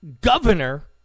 Governor